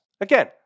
Again